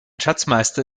schatzmeister